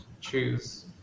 choose